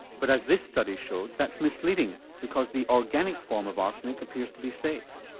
but as this study showed that's misleading because the organic form of arsenic appears to be safe.